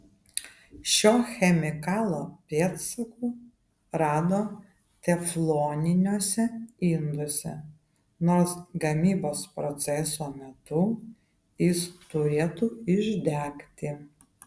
šio chemikalo pėdsakų rado tefloniniuose induose nors gamybos proceso metu jis turėtų išdegti